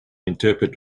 interpret